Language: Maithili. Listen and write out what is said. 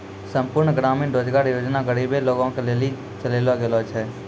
संपूर्ण ग्रामीण रोजगार योजना गरीबे लोगो के लेली चलैलो गेलो छै